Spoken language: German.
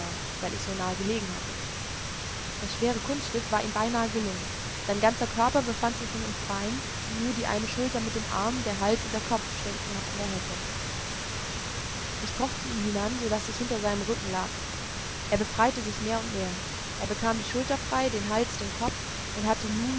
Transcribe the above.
weil ich so nahe gelegen hatte das schwere kunststück war ihm beinahe gelungen sein ganzer körper befand sich schon im freien und nur die eine schulter mit dem arme der hals und der kopf steckten noch in der hecke ich kroch zu ihm hinan so daß ich hinter seinem rücken lag er befreite sich mehr und mehr er bekam die schulter frei den hals den kopf und hatte nun